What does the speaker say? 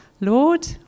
Lord